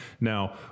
now